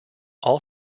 all